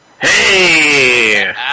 Hey